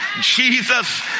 Jesus